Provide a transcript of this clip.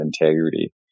integrity